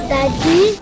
Daddy